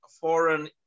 foreign